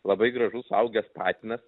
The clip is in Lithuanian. labai gražus suaugęs patinas